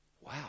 Wow